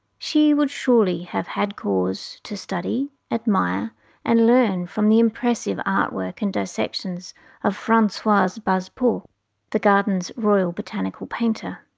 she would surely have had cause to study, admire and learn from the impressive artwork and dissections of francoise but basseporte, the garden's royal botanical painter.